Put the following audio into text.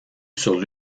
sur